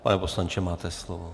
Pane poslanče, máte slovo.